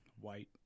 white